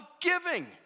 giving